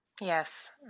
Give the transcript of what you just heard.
Yes